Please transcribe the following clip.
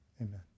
amen